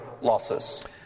losses